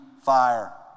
fire